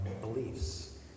beliefs